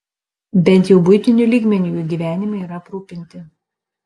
bent jau buitiniu lygmeniu jų gyvenimai yra aprūpinti